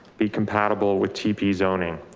be compatible with tpa zoning.